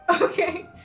Okay